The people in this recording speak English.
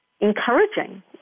encouraging